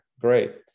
great